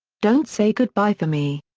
don't say goodbye for me.